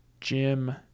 Jim